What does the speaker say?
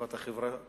לטובת החברה שלנו,